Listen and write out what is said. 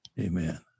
Amen